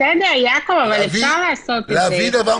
בסדר, יעקב, אבל אפשר לעשות את זה, ועדיין לא